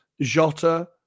Jota